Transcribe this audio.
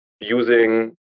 using